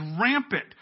rampant